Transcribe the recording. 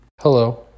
Hello